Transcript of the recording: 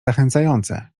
zachęcające